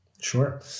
Sure